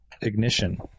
ignition